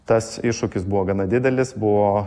tas iššūkis buvo gana didelis buvo